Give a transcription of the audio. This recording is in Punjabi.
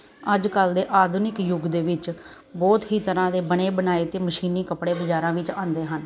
ਅੱਜ ਕੱਲ ਦੇ ਆਧੁਨਿਕ ਯੁੱਗ ਦੇ ਵਿੱਚ ਬਹੁਤ ਹੀ ਤਰ੍ਹਾਂ ਦੇ ਬਣੇ ਬਣਾਏ ਤੇ ਮਸ਼ੀਨੀ ਕੱਪੜੇ ਬਾਜ਼ਾਰਾਂ ਵਿੱਚ ਆਉਂਦੇ ਹਨ